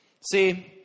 See